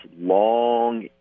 long